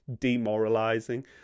demoralizing